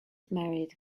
married